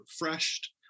refreshed